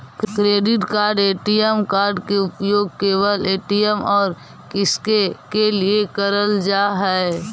Credit card ATM card के उपयोग केवल ए.टी.एम और किसके के लिए करल जा है?